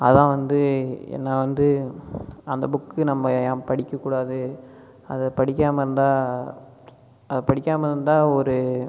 அதுதான் வந்து என்னை வந்து அந்த புக்கு நம்ப ஏன் படிக்கக்கூடாது அதை படிக்கால் இருந்தால் அதை படிக்காமல் இருந்தால் ஒரு